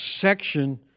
section